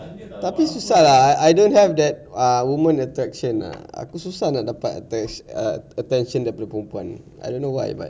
tapi susah lah I don't have that ah woman attraction ah aku susah nak dapat attract~ attention daripada perempuan I don't know why but